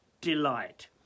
delight